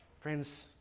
Friends